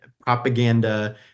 propaganda